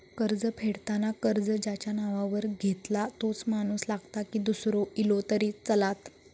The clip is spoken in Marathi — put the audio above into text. कर्ज फेडताना कर्ज ज्याच्या नावावर घेतला तोच माणूस लागता की दूसरो इलो तरी चलात?